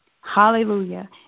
Hallelujah